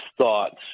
thoughts